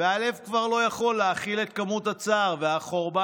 והלב כבר לא יכול להכיל את כמות הצער והחורבן.